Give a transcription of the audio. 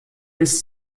bis